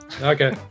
okay